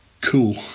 cool